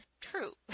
True